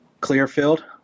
Clearfield